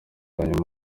nyuma